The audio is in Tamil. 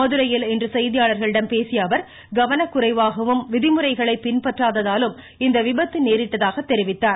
மதுரையில் இன்று செய்தியாளர்களிடம் பேசிய அவர் கவனக்குறைவாகவும் விதிமுறைகளை பின்பற்றாததாலும் இந்த விபத்து நேரிட்டதாக அவர் சுட்டிக்காட்டினார்